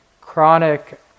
chronic